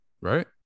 Right